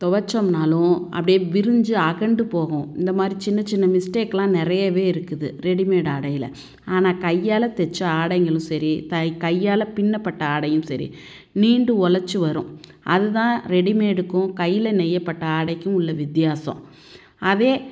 துவைச்சோம்னாலும் அப்படியே விரிஞ்சு அகண்டு போகும் இந்த மாதிரி சின்னச் சின்ன மிஸ்டேக்லாம் நிறையவே இருக்குது ரெடிமேட் ஆடையில் ஆனால் கையால் தைச்ச ஆடைங்களும் சரி தை கையால் பின்னப்பட்ட ஆடையும் செரி நீண்டு உலச்சி வரும் அதுதான் ரெடிமேடுக்கும் கையில் நெய்யப்பட்ட ஆடைக்கும் உள்ள வித்தியாசம் அதே